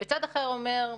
וצד אחר אומר,